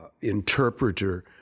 interpreter